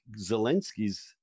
Zelensky's